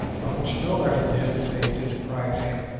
of which no effort had been made to deprive him,